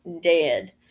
Dead